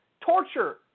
torture